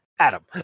Adam